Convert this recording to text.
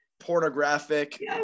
pornographic